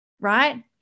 right